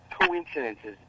coincidences